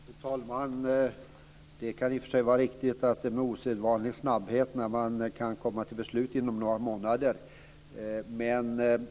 Fru talman! Det kan i och för sig vara riktigt att det är en osedvanlig snabbhet när man kan komma till beslut inom några månader.